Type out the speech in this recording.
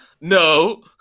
No